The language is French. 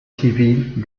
civils